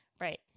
Right